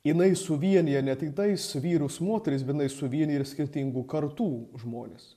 jinai suvienija ne tiktais vyrus moteris bet jinai suvienija ir skirtingų kartų žmones